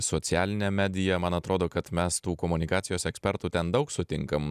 socialinę mediją man atrodo kad mes tų komunikacijos ekspertų ten daug sutinkam